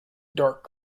dark